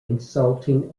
insulting